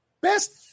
best